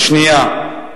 השנייה,